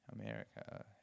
america